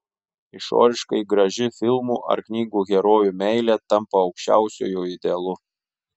išoriškai graži filmų ar knygų herojų meilė tampa aukščiausiuoju idealu